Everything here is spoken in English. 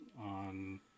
on